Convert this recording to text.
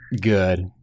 Good